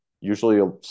usually